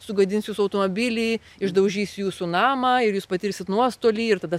sugadins jūsų automobilį išdaužys jūsų namą ir jūs patirsit nuostolį ir tada